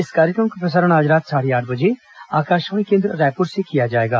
इस कार्यक्रम का प्रसारण आज रात साढ़े आठ बजे आकाशवाणी केन्द्र रायपुर से किया जाएगा